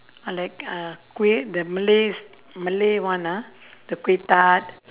I like uh kueh the malays malay one ah the kueh tart